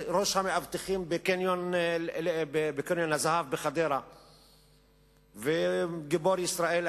ראש המאבטחים בקניון הזהב בחדרה וגיבור ישראל,